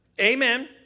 Amen